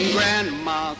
Grandma